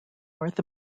north